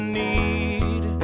need